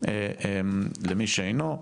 למי שאינו,